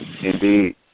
Indeed